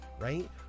right